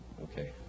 Okay